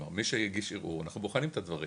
כלומר, מי שהגיש ערעור, אנחנו בוחנים את הדברים.